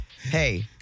hey